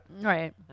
Right